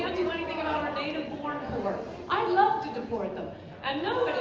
do anything about our native born poor i'd love to deport them and no